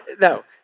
no